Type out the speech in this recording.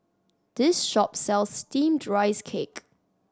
this shop sells Steamed Rice Cake